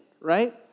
right